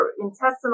intestinal